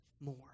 more